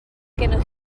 gennych